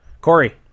Corey